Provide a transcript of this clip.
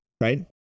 right